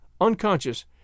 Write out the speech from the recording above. unconscious